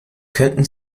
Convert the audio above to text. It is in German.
könnten